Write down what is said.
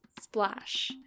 splash